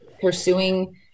pursuing